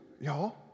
y'all